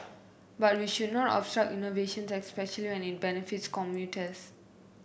but we should not obstruct innovation especially when it benefits commuters